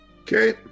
Okay